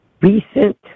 recent